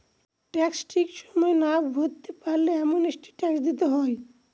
tax ঠিক সময়ে না ভরতে পারলে অ্যামনেস্টি ট্যাক্স দিতে হয়